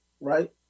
right